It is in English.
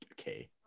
Okay